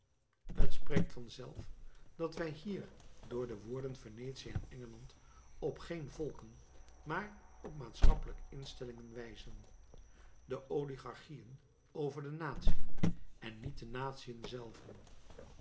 spreekt vanzelf dat wij hier door de woorden venetië en engeland op geen volken maar op maatschappelijke instellingen wijzen de oligarchieën over de natiën en niet de natiën zelven